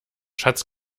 schatz